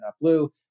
blue